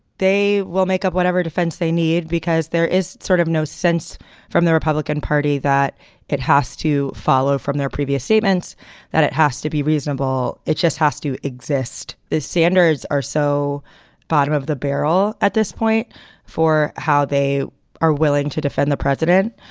they will make up whatever defense they need because there is sort of no sense from the republican party that it has to follow from their previous statements that it has to be reasonable. it just has to exist. the standards are so bottom of the barrel at this point for how they are willing to defend the president.